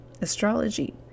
astrology